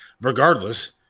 regardless